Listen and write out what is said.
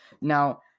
Now